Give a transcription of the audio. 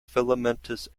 filamentous